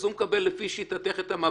אז הוא מקבל לשיטתך את המב"דים.